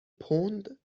پوند